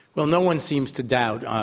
well, no one seems to doubt,